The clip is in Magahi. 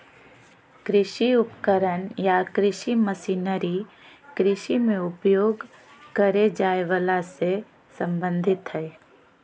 कृषि उपकरण या कृषि मशीनरी कृषि मे उपयोग करे जाए वला से संबंधित हई